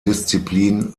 disziplin